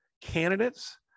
candidates